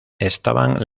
estaban